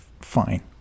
fine